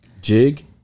jig